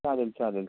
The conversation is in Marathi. चालेल चालेल